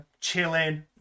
chilling